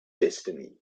destiny